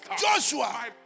Joshua